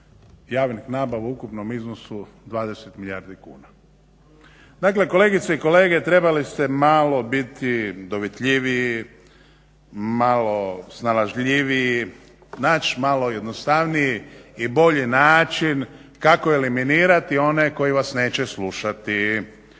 javnih nabava u ukupnom iznosu 20 milijardi kuna. Dakle kolegice i kolege, trebali ste malo biti dovitljiviji, malo snalažljiviji, naći malo jednostavniji i bolji način kako eliminirati one koji vas neće slušati.